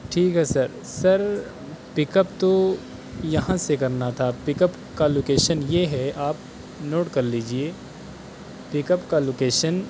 ٹھیک ہے sir sir pick up تو یہاں سے کرنا تھا پک اپ کا لوکیشن یہ ہے آپ نوٹ کر لیجیے پک اپ کا لوکیشن